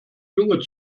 junge